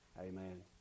Amen